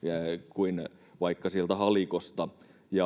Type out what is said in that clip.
kuin vaikka sieltä halikosta